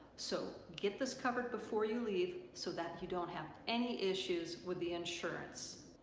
so get this covered before you leave so that you don't have any issues with the insurance.